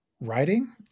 writing